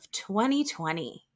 2020